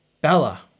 Bella